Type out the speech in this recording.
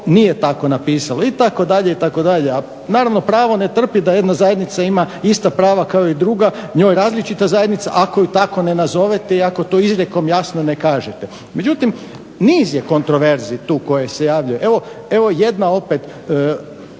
nije to tako napisalo, itd., itd. A naravno pravo ne trpi da jedna zajednica ima ista prava kao i druga, njoj različita zajednica ako je tako ne nazovete i ako to izrijekom jasno ne kažete. Međutim, niz je kontroverzi tu koje se javljaju. Evo jedna opet